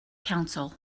council